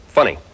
Funny